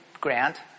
Grant